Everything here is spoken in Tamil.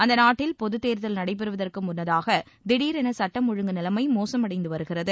அந்த நாட்டில் பொது தேர்தல் நடைபெறுவதற்கு முன்னதாக திடீரென சுட்டம் ஒழுங்கு நிலைமை மோசமடைந்து வருகிறது